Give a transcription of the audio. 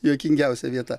juokingiausia vieta